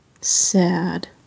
Sad